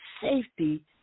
safety